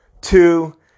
Two